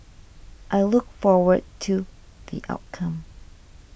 I look forward to the outcome